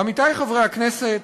עמיתי חברי הכנסת,